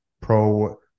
pro